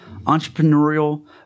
entrepreneurial